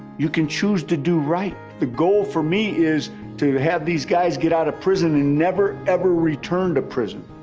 you can choose to do right. the goal for me is to have these guys get out of prison and never, ever return to that.